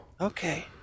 okay